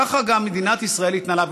ככה גם מדינת ישראל התנהלה.